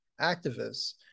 activists